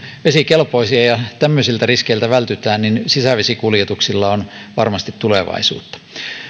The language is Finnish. vesikelpoisia ja tämmöisiltä riskeiltä vältytään niin sisävesikuljetuksilla on varmasti tulevaisuutta